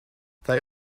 they